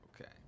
Okay